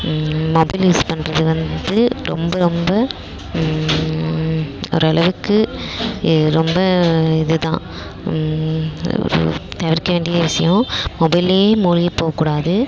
mobile use பண்ணுறது வந்து ரொம்ப ரொம்ப ஓரளவுக்கு ரொம்ப இது தான் தவிர்க்க வேண்டிய விஷயம் மொபைலிலே மூழ்கிப் போகக்கூடாது